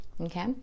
Okay